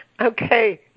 Okay